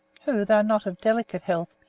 who, though not of delicate health,